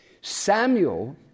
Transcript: Samuel